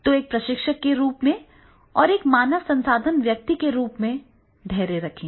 तो एक प्रशिक्षक के रूप में और एक मानव संसाधन व्यक्ति के रूप में धैर्य रखें